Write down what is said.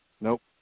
Nope